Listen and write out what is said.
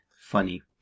funny